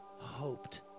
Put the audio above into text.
hoped